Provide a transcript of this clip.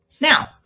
Now